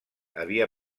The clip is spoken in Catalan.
havia